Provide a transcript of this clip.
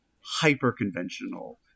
hyper-conventional